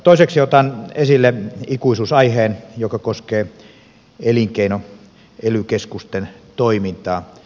toiseksi otan esille ikuisuusaiheen joka koskee ely keskusten toimintaa